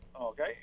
Okay